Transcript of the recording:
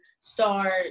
start